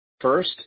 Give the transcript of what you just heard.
First